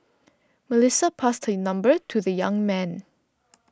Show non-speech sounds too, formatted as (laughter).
Melissa passed (unintelligible) number to the young man